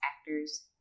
actors